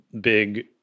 big